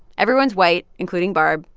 everyone's white, including barb,